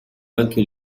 anche